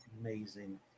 Amazing